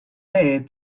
made